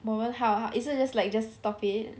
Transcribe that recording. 我们好 so is it like just stop it